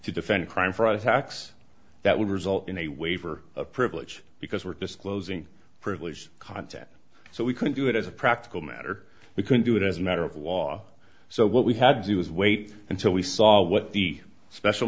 to defend a crime for a tax that would result in a waiver of privilege because we're disclosing privileged content so we could do it as a practical matter we could do it as a matter of law so what we had to do was wait until we saw what the special